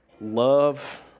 love